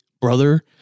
brother